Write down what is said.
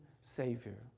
Savior